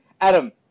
adam